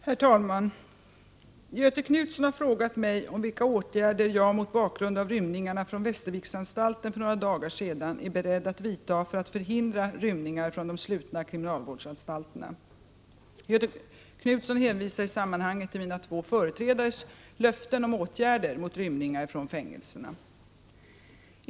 Herr talman! Göthe Knutson har frågat mig om vilka åtgärder jag — mot bakgrund av rymningarna från Västerviksanstalten för några dagar sedan — är beredd att vidta för att förhindra rymningar från de slutna kriminalvårdsanstalterna. Göthe Knutson hänvisar i sammanhanget till mina två företrädares löften om åtgärder mot rymningar från fängelserna.